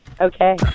Okay